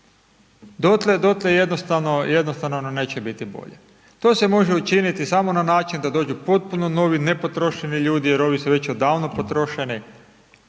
dotle jednostavno nam neće biti bolje. To se može učiniti samo na način da dođu potpuno novi, nepotrošeni ljudi jer ovi su već odavno potrošeni.